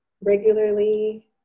regularly